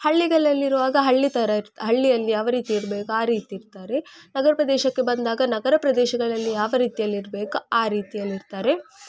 ಹಳ್ಳಿಗಳಲ್ಲಿರುವಾಗ ಹಳ್ಳಿ ಥರ ಇರ್ ಹಳ್ಳಿಯಲ್ಲಿ ಯಾವ ರೀತಿ ಇರ್ಬೇಕು ಆ ರೀತಿ ಇರ್ತಾರೆ ನಗರ ಪ್ರದೇಶಕ್ಕೆ ಬಂದಾಗ ನಗರ ಪ್ರದೇಶಗಳಲ್ಲಿ ಯಾವ ರೀತಿಯಲ್ಲಿರ್ಬೇಕು ಆ ರೀತಿಯಲ್ಲಿರ್ತಾರೆ